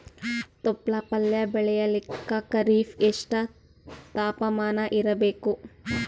ತೊಪ್ಲ ಪಲ್ಯ ಬೆಳೆಯಲಿಕ ಖರೀಫ್ ಎಷ್ಟ ತಾಪಮಾನ ಇರಬೇಕು?